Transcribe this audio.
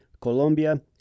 Colombia